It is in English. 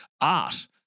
Art